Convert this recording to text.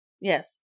yes